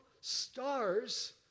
stars